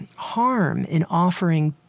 harm in offering,